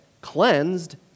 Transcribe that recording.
cleansed